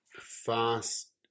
fast